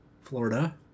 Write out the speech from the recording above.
Florida